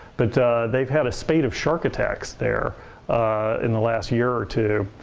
but they've had a spate of shark attacks there in the last year or two.